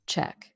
Check